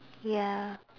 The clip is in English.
ya